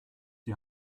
die